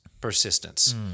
persistence